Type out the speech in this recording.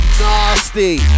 Nasty